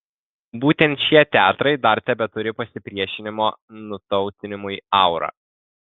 būtent šie teatrai dar tebeturi pasipriešinimo nutautinimui aurą